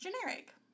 generic